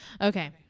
Okay